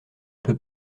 peut